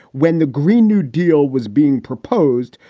when the green new deal was being proposed,